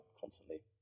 constantly